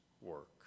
work